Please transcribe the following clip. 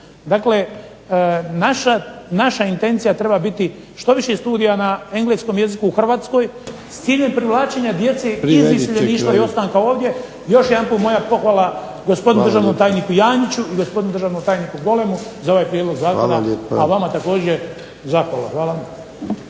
Dakle, naša intencija treba biti što više studija na engleskom jeziku u Hrvatskoj s ciljem privlačenja djece iz iseljeništva i ostanka ovdje. **Jarnjak, Ivan (HDZ)** Privedite kraju. **Bagarić, Ivan (HDZ)** Još jedanput moja pohvala gospodinu državnom tajniku Janjiću i gospodinu državnom tajniku Golemu za ovaj prijedlog zakona. A vama također zahvala, hvala.